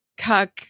cuck